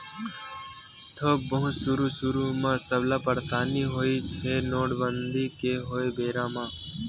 थोक बहुत सुरु सुरु म सबला परसानी होइस हे नोटबंदी के होय बेरा म